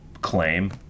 claim